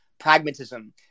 pragmatism